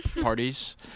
parties